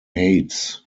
heights